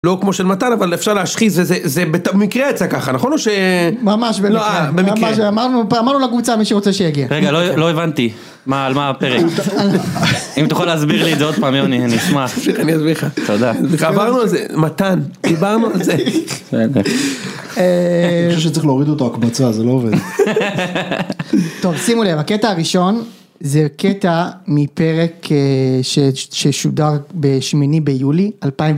לא כמו של מתן אבל אפשר להשחיז וזה במקרה יצא ככה נכון או ש... ממש במקרה, אמרנו לקבוצה מי שרוצה שיגיע. רגע לא הבנתי, מה על מה הפרק, אם תוכל להסביר לי את זה עוד פעם, אני אשמח. אני אסביר לך, תודה. מתן, דיברנו על זה. אני חושב שצריך להוריד אותו הקבצה, זה לא עובד. טוב שימו לב, הקטע הראשון זה קטע מפרק ששודר בשמיני ביולי,